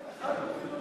אין אחת אפילו נכונה?